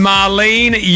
Marlene